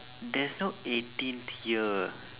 there's no eighteen tier